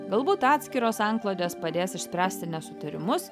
galbūt atskiros antklodės padės išspręsti nesutarimus